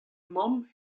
mamm